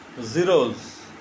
zeros